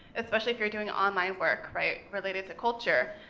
especially if you're doing online work, right? related to culture,